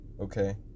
okay